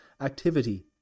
activity